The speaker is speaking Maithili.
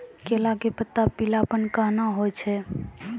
केला के पत्ता पीलापन कहना हो छै?